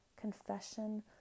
confession